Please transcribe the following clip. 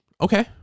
Okay